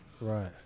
Right